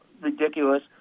ridiculous